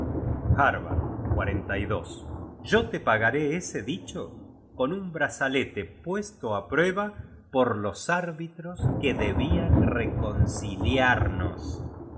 ofrecernos duras condiciones harbard yo te pagaré ese dicho con un brazalete puesto á prueba por los árbitros que debian reconciliarnos